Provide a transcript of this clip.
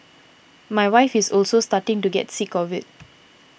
my wife is also starting to get sick of it